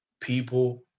people